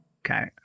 Okay